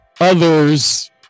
others